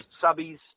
subbies